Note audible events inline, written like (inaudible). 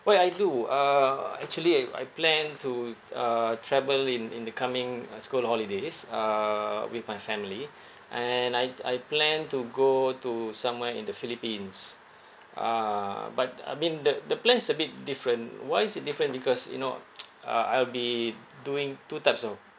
wait I do uh actually I I plan to uh travel in in the coming uh school holidays uh with my family and I I plan to go to somewhere in the philippines uh but I mean the the plan is a bit different why is it different because you know (noise) uh I'll be doing two types of